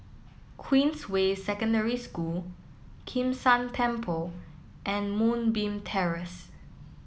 Queens way Secondary School Kim San Temple and Moonbeam Terrace